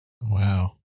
Wow